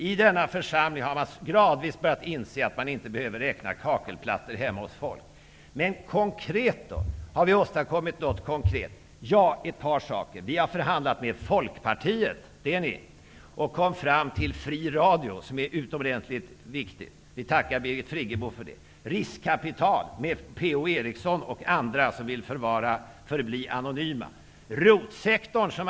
I denna församling har man gradvis börjat inse att man inte behöver räkna kakelplattor hemma hos folk. Men har vi åstadkommit någonting konkret? Ja, ett par saker. Vi har förhandlat med Folkpartiet -- det ni! -- och kommit fram till en fri radio, någonting som är utomordentligt viktigt. Det tackar vi Birgit Friggebo för. Vi har kommit överens med P-O Eriksson och andra som vill förbli anonyma om riskkapital.